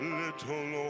little